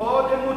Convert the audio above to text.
עוד עימותים,